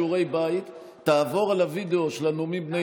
שיעורי בית: תעבור על הווידיאו של הנאומים בני